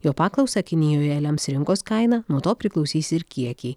jo paklausą kinijoje lems rinkos kaina nuo to priklausys ir kiekiai